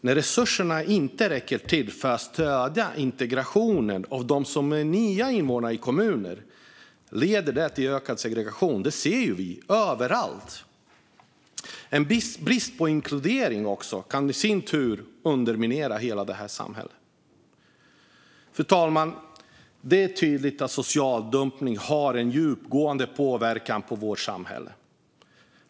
När resurserna inte räcker till för att stödja integrationen av nya invånare i kommunerna leder det till ökad segregation. Det ser vi överallt. En brist på inkludering kan i sin tur underminera hela detta samhälle. Fru talman! Det är tydligt att social dumpning har en djupgående påverkan på vårt samhälle.